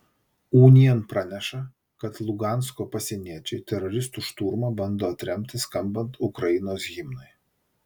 unian praneša kad lugansko pasieniečiai teroristų šturmą bando atremti skambant ukrainos himnui